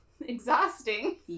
exhausting